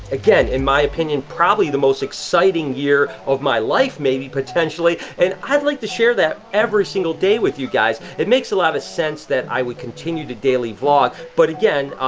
again, in my opinion, probably the most exciting year of my life maybe, potentially, and i'd like to share that every single day with you guys. it makes a lot of sense that i would continue to daily vlog, but again,